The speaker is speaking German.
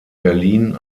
berlin